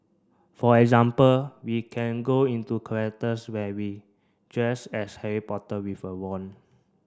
for example we can go into characters where we dressed as Harry Potter with a wand